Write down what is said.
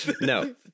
No